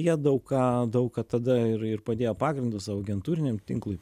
jie daug ką daug ką tada ir ir padėjo pagrindus savo agentūriniam tinklui